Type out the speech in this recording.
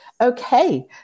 Okay